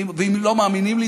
ואם לא מאמינים לי,